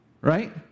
right